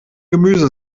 gemüse